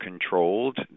controlled